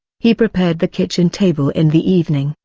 he prepared the kitchen table in the evening,